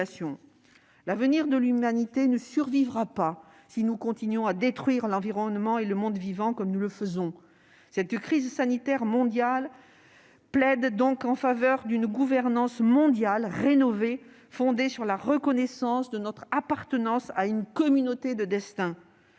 L'humanité ne survivra pas si nous continuons à détruire l'environnement et le monde vivant comme nous le faisons. Cette crise sanitaire mondiale plaide donc en faveur d'une gouvernance mondiale rénovée, fondée sur la reconnaissance de notre appartenance à une communauté de destin.